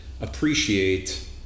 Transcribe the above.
appreciate